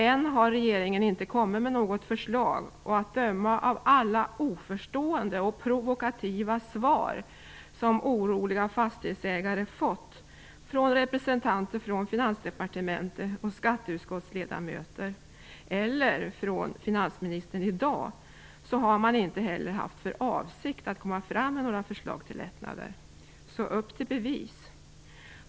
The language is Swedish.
Än har regeringen inte kommit med något förslag, och att döma av alla oförstående och provokativa svar som oroliga fastighetsägare fått från representanter för Finansdepartementet och från skatteutskottsledamöter eller från finansministern i dag har man inte heller haft för avsikt att komma fram med några förslag till lättnader. Upp till bevis!